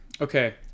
Okay